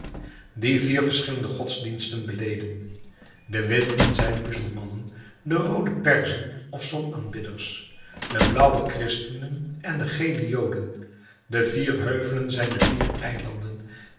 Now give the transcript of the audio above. die vier verschillende godsdiensten beleden de witte zijn muzelmannen de roode perzen of zonaanbidders de blaauwe christenen en de gele joden de vier heuvelen zijn de vier eilanden